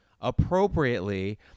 appropriately